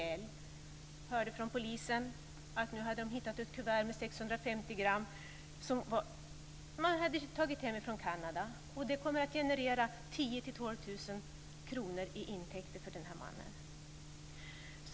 Jag hörde från polisen att man hade hittat ett kuvert med Det kommer att generera 10 000-12 000 kr i intäkter för den mannen.